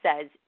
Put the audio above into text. says